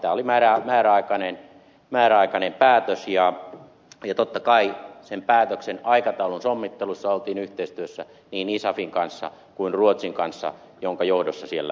tämä oli määräaikainen päätös ja totta kai sen päätöksen aikataulun sommittelussa oltiin yhteistyössä niin isafin kanssa kuin ruotsin kanssa jonka johdossa siellä olemme